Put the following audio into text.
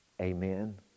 Amen